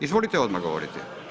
Izvolite odmah govoriti.